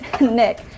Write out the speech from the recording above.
Nick